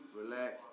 Relax